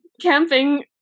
camping